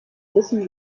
wissen